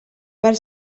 per